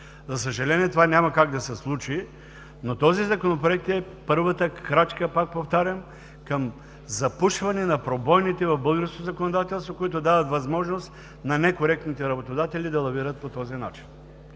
За съжаление, това няма как да се случи, но този Законопроект е, пак повтарям, първата крачка към запушване на пробойните в българското законодателство, които дават възможност на некоректните работодатели да лавират по този начин.